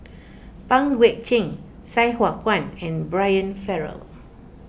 Pang Guek Cheng Sai Hua Kuan and Brian Farrell